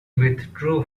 withdrew